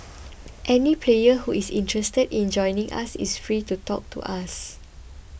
any player who is interested in joining us is free to talk to us